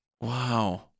Wow